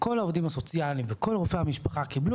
כל העובדים הסוציאליים וכל רופאי המשפחה יקבלנו